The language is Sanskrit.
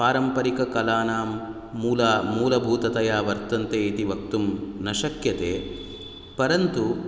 पारम्परिककलानां मूला मूलभुततया वर्तन्ते इति वक्तुं न शक्यते परन्तु